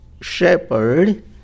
shepherd